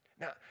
Now